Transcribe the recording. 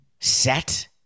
set